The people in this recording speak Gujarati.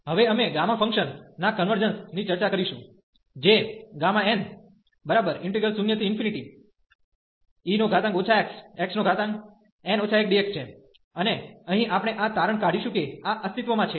હવે અમે ગામા ફંક્શન ના કન્વર્જન્સ ની ચર્ચા કરીશું જે n0e xxn 1dx છે અને અહીં આપણે આ તારણ કાઢશું કે આ અસ્તિત્વમાં છે